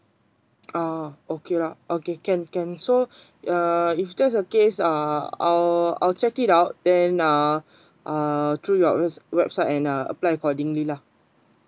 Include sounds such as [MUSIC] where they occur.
ah okay lah okay can can so ya if that's the case uh I'll I'll check it out then uh [BREATH] uh through your webs~ website and I'll apply accordingly lah